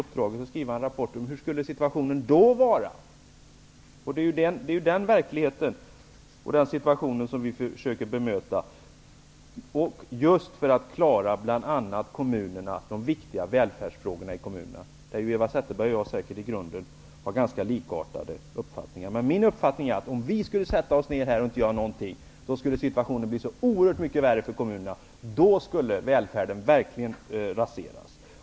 Uppdraget skulle kanske Eva Zetterberg kunna åta sig. Det är den verkligheten och situationen som vi försöker bemöta just för att bl.a. klara de viktiga välfärdsfrågorna i kommunerna. Eva Zetterbergs och min uppfattning om det här är säkert ganska likartad. Om vi inte skulle göra någonting skulle situationen för kommunerna bli så oerhört mycket värre för kommunerna att välfärden verkligen skulle raseras.